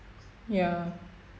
ya